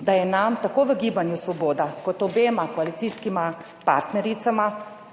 da je nam tako v Gibanju Svoboda kot obema koalicijskima partnericama